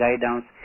guidance